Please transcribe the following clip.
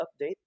update